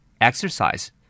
Exercise